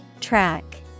Track